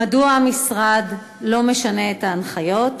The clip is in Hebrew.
1. מדוע המשרד לא משנה את ההנחיות?